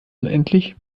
unendlich